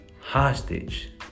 hostage